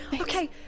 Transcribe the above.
Okay